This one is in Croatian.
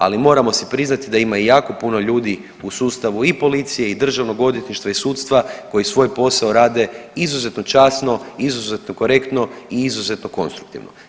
Ali moramo si priznati da ima i jako puno ljudi u sustavu i policije i Državnog odvjetništva i sudstva koji svoj posao rade izuzetno časno, izuzetno korektno i izuzetno konstruktivno.